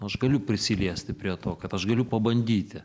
aš galiu prisiliesti prie to kad aš galiu pabandyti